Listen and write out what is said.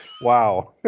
Wow